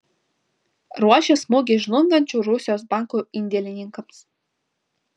ruošia smūgį žlungančių rusijos bankų indėlininkams